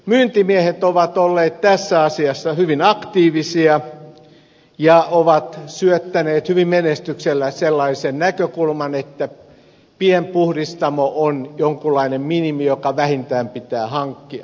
myyntimiehet ovat olleet tässä asiassa hyvin aktiivisia ja ovat syöttäneet hyvällä menestyksellä sellaisen näkökulman että pienpuhdistamo on jonkunlainen minimi joka vähintään pitää hankkia